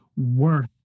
worth